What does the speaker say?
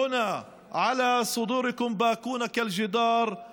יש לי חלום שגם ארבעת ילדיי הקטנים' תייסיר,